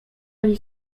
ani